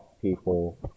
people